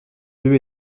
deux